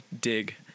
dig